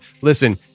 Listen